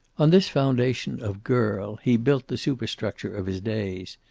on this foundation of girl he built the superstructure of his days.